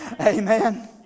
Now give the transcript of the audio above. Amen